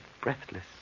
breathless